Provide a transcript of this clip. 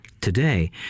today